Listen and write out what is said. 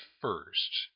first